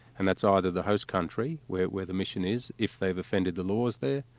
and that's either the host country where where the mission is, if they've offended the laws there,